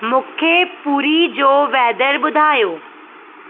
मूंखे पूरी जो वेदर ॿुधायो